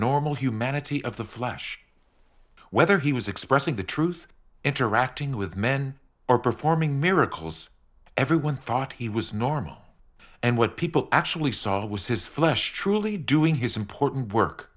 normal humanity of the flesh whether he was expressing the truth interacting with men or performing miracles everyone thought he was normal and what people actually saw was his flesh truly doing his important work